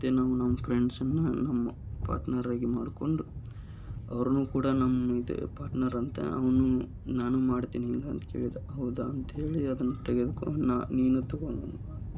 ಮತ್ತು ನಮ್ಮ ನಮ್ಮ ಫ್ರೆಂಡ್ಸನ್ನ ನಮ್ಮ ಪಾಟ್ನರಾಗಿ ಮಾಡಿಕೊಂಡು ಅವ್ರೂ ಕೂಡ ನಮ್ಮ ಇದೇ ಪಾಟ್ನರ್ ಅಂತ ಅವನ್ನೂ ನಾನು ಮಾಡ್ತೀನಿ ಇಲ್ಲ ಅಂತ ಕೇಳಿದ ಹೌದಾ ಅಂತ್ಹೇಳಿ ಅದನ್ನು ತೆಗೆದ್ಕೊಂಡು ನಾ ನೀನು ತಗೋ ಅಲ್ಲವಾ ಅಂತ್ಹೇಳಿ